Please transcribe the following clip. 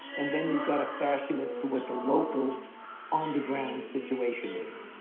and then you've got to fashion it to what the local on the ground situation is.